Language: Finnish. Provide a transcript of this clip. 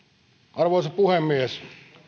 arvoisa puhemies